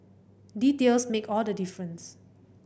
details make all the difference